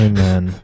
Amen